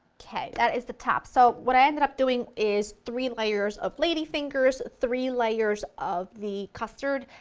okay, that is the top. so what i ended up doing is three layers of ladyfingers, three layers of the custard,